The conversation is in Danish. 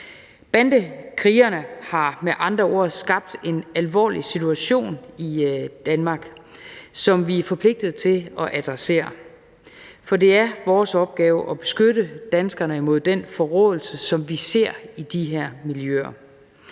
andre ord skabt en alvorlig situation i Danmark, som vi er forpligtet til at adressere, for det er vores opgave at beskytte danskerne mod den forråelse, som vi ser i de her miljøer.